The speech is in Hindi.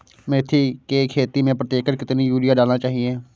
मेथी के खेती में प्रति एकड़ कितनी यूरिया डालना चाहिए?